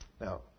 Now